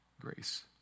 grace